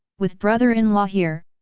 with brother-in-law here,